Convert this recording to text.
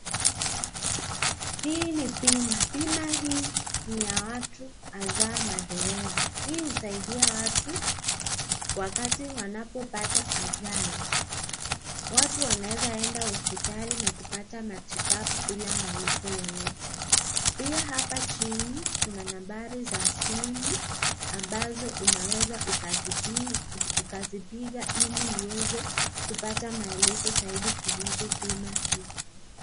Hii ni bima. Bima hii ni ya watu haza madereva. Hii husaidia watu wakati wanapopata ajali. Watu wanaeza enda hospitali na kupata matibabu bila malipo yeyote. Pia hapa chini kuna nambari za simu ambazo unaweza ukazipiga ili uweze kupata maelezo zaidi kuhusu bima hii.